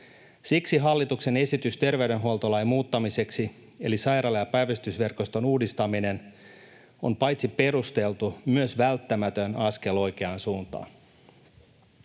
Siksi hallituksen esitys terveydenhuoltolain muuttamiseksi eli sairaala- ja päivystysverkoston uudistaminen on paitsi perusteltu myös välttämätön askel oikeaan suuntaan.